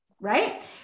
right